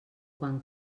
quan